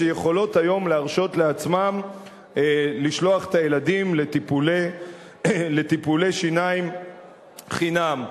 שיכולות היום להרשות לעצמן לשלוח את הילדים לטיפולי שיניים חינם.